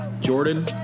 Jordan